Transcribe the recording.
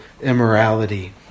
immorality